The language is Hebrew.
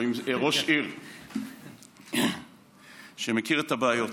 או עם ראש עיר שמכיר את הבעיות.